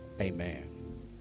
amen